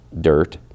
dirt